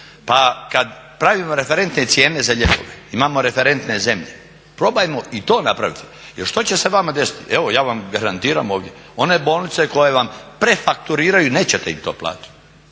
Pa kada pravimo referentne cijene za lijekove, imamo referentne zemlje, probajmo i to napraviti. Jer što će se vama desiti? Evo ja vam garantiram ovdje, one bolnice koje vam prefakturiraju nećete im to platiti.